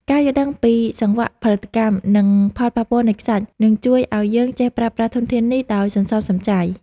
ការយល់ដឹងពីសង្វាក់ផលិតកម្ម និង ផលប៉ះពាល់នៃខ្សាច់នឹងជួយឱ្យយើងចេះប្រើប្រាស់ធនធាននេះដោយសន្សំសំចៃ។